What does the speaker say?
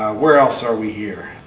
where else are we here?